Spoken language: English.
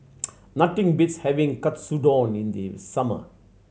nothing beats having Katsudon in the summer